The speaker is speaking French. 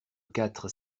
quatre